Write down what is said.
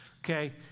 okay